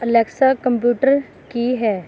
Alexa computer ਕੀ ਹੈ